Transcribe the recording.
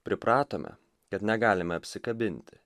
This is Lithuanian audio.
pripratome kad negalime apsikabinti